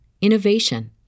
innovation